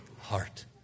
heart